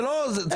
זה לא באמת.